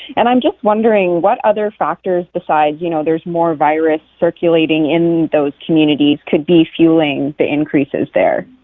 and i'm just wondering, what other factors besides you know there's more virus circulating in those communities could be fuelling the increases there?